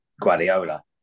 Guardiola